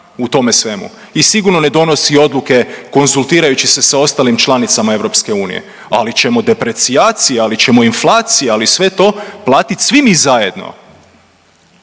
u tome svemu i sigurno ne donosi odluke konzultirajući se sa ostalim članicama EU, ali će mu deprecijacija, ali će mu inflacija ali sve to platit svi mi zajedno.